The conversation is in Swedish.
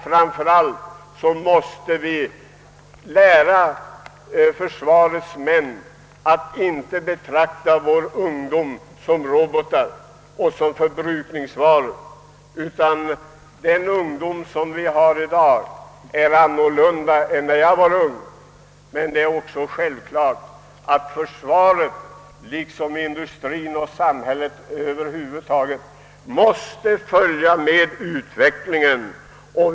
Framför allt måste vi lära försvarets män att inte betrakta vår ungdom som robotar och som förbrukningsvaror. I dag är ungdomen annorlunda beskaffad än den var i min ungdom. Det är emellertid också självklart att försvaret liksom industrien och samhället över huvud taget måste följa med i utvecklingen.